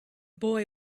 boy